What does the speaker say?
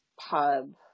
pub